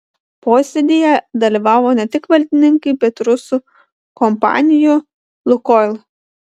posėdyje dalyvavo ne tik valdininkai bet ir rusų kompanijų lukoil